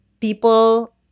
people